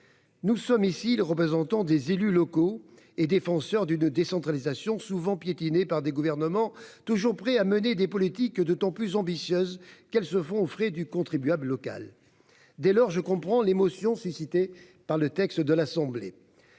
cette chambre les représentants des élus locaux et les défenseurs d'une décentralisation souvent piétinée par des gouvernements toujours prêts à mener des politiques d'autant plus ambitieuses qu'elles se font aux frais du contribuable local. Dès lors, je comprends l'émotion suscitée par le texte de l'Assemblée